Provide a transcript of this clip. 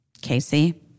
Casey